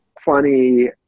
funny